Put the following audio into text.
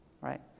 right